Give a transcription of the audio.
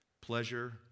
pleasure